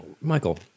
Michael